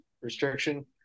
restriction